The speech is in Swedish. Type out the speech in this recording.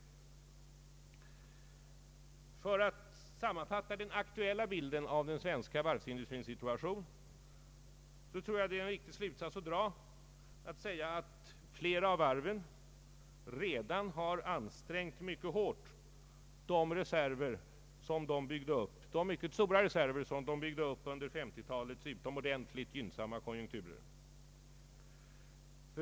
Om jag skall sammanfatta den aktuella bilden av den svenska varvsindustrins situation tror jag att det är en riktig slutsats att anföra att flera av varven redan mycket hårt har ansträngt de mycket stora reserver som de byggde upp under 1950-talets utomordentligt gynnsamma konjunkturer.